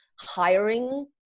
hiring